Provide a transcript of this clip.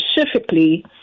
specifically